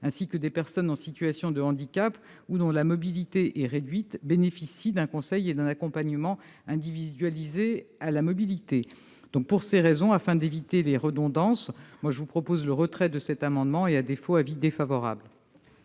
ainsi que des personnes en situation de handicap ou dont la mobilité est réduite, bénéficient d'un conseil et d'un accompagnement individualisé à la mobilité. Pour ces raisons, et afin d'éviter les redondances, je suggère le retrait de cet amendement. À défaut, j'émettrai